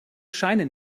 scheine